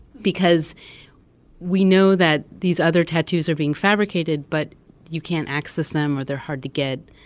because we know that these other tattoos are being fabricated, but you can't access them, or they're hard to get.